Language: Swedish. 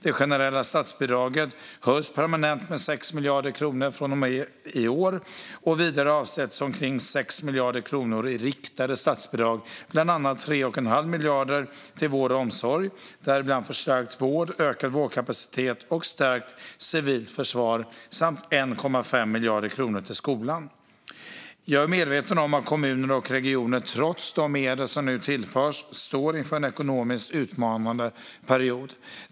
Det generella statsbidraget höjs permanent med 6 miljarder kronor från och med i år. Vidare avsätts omkring 6 miljarder kronor i riktade statsbidrag, bland annat 3 1⁄2 miljarder kronor till vård och omsorg, däribland förstärkt vård, ökad vårdkapacitet och stärkt civilt försvar samt 1,5 miljarder kronor till skolan. Jag är medveten om att kommuner och regioner trots de medel som nu tillförs står inför en ekonomiskt utmanande period.